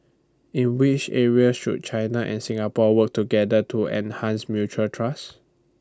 in which areas should China and Singapore work together to enhance mutual trust